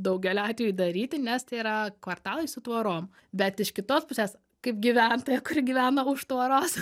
daugeliu atveju daryti nes tai yra kvartalai su tvorom bet iš kitos pusės kaip gyventoja kuri gyvena už tvoros